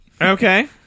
Okay